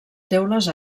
teules